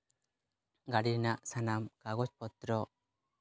ᱜᱟᱹᱰᱤ ᱨᱮᱱᱟᱜ ᱥᱟᱱᱟᱢ ᱠᱟᱜᱚᱡᱽ ᱯᱚᱛᱨᱚ